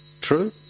True